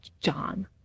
John